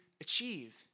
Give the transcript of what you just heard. achieve